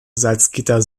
salzgitter